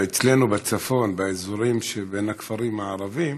אצלנו בצפון, באזורים שבין הכפרים הערביים,